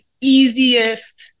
easiest